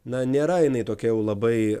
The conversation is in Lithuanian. na nėra jinai tokia jau labai